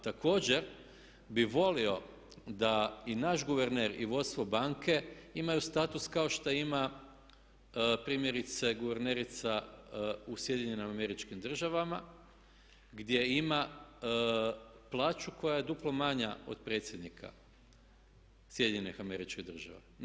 Također bih volio da i naš guverner i vodstvo banke imaju status kao što ima primjerice guvernerica u SAD-u, gdje ima plaću koja je duplo manja od predsjednika SAD-a.